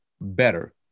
better